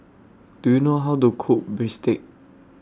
Do YOU know How to Cook Bistake